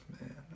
man